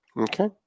Okay